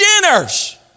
dinners